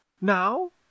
now